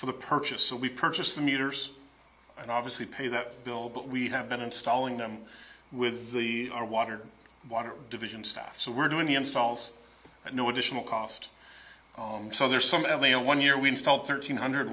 for the purchase so we purchase the meters and obviously pay that bill but we have been installing them with the our water water division staff so we're doing the installs at no additional cost so there's some every on one year we install thirteen hundred